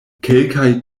kelkaj